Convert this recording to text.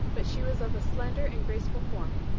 but she was of a slender and graceful form,